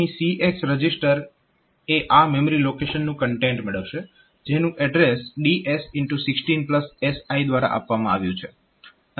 અહીં CX register એ આ મેમરી લોકેશનનું કન્ટેન્ટ મેળવશે જેનું એડ્રેસ DSx16SI દ્વારા આપવામાં આવ્યું છે